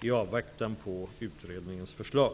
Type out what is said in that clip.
i avvaktan på utredningens förslag.